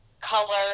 color